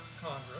congress